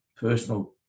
personal